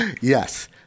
yes